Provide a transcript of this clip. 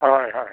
হয় হয়